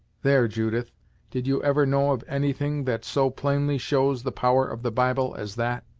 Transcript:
there, judith did you ever know of any thing that so plainly shows the power of the bible, as that!